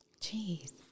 Jeez